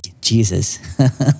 Jesus